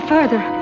further